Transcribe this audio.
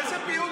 אדוני השר,